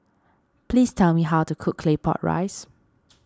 please tell me how to cook Claypot Rice